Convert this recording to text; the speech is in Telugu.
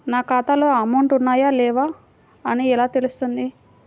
నా ఖాతాలో అమౌంట్ ఉన్నాయా లేవా అని ఎలా తెలుస్తుంది?